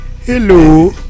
Hello